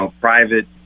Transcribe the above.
private